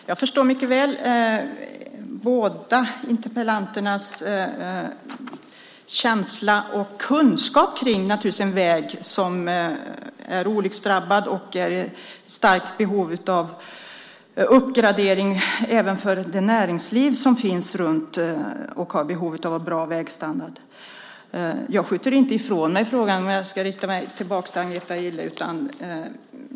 Herr talman! Jag förstår mycket väl de båda interpellanternas känsla för och kunskap om denna olycksdrabbade väg och att den är i stort behov av uppgradering. Även det näringsliv som finns runt om har behov av en bra vägstandard. Jag skjuter inte ifrån mig frågan, men jag ska vända mig åter till Agneta Gille.